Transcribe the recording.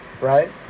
right